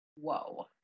Whoa